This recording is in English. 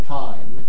time